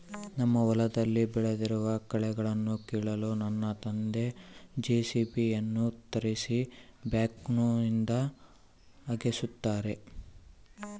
ನಮ್ಮ ಹೊಲದಲ್ಲಿ ಬೆಳೆದಿರುವ ಕಳೆಗಳನ್ನುಕೀಳಲು ನನ್ನ ತಂದೆ ಜೆ.ಸಿ.ಬಿ ಯನ್ನು ತರಿಸಿ ಬ್ಯಾಕ್ಹೋನಿಂದ ಅಗೆಸುತ್ತಾರೆ